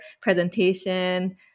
presentation